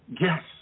Yes